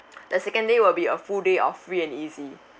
the second day will be a full day of free and easy